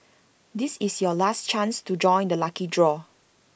this is your last chance to join the lucky draw